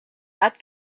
that